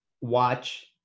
watch